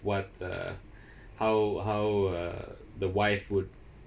what uh how how uh the wife would